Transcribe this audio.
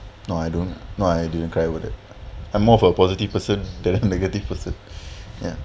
no I don't I didn't cry about it I'm more of a positive person than a negative person ya